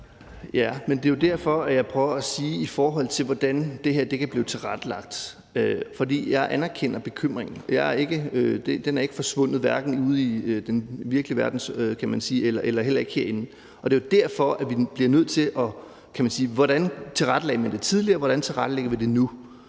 det er jo derfor, jeg prøver at sige noget om, hvordan det her kan blive tilrettelagt. For jeg anerkender bekymringen. Den er ikke forsvundet, hverken ude i den virkelige verden, kan man sige, eller herinde. Det er jo derfor, vi bliver nødt til at se på, hvordan man tilrettelagde det tidligere, og hvordan vi tilrettelægger det nu,